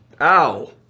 Ow